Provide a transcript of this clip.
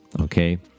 okay